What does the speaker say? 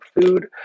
food